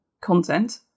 content